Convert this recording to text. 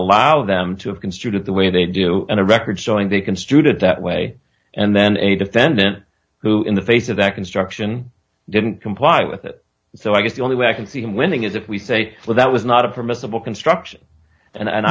allow them to have construed it the way they do in a record showing they construed it that way and then a defendant who in the face of that construction didn't comply with it so i guess the only way i can see them winning is if we say well that was not a permissible construction and